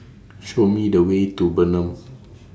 Show Me The Way to Bernam